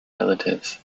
relatives